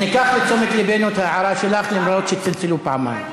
ניקח לתשומת לבנו את ההערה שלך, אף שצלצלו פעמיים.